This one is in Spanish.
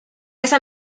esa